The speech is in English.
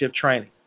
training